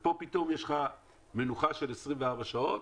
ופה פתאום יש מנוחה של 24 שעות,